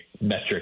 metric